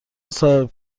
صاحب